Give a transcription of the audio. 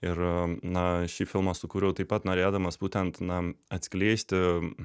ir na šį filmą sukūriau taip pat norėdamas būtent na atskleisti